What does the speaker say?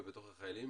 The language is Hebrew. ובתוך החיילים